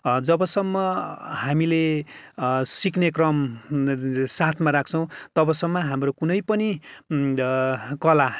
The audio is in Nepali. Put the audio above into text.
जबसम्म हामीले सिक्ने क्रम जुन चाहिँ साथमा राख्छौँ तबसम्म हाम्रो कुनै पनि कला